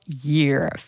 year